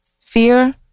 Fear